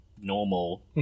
normal